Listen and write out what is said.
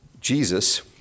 Jesus